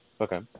Okay